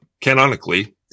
Canonically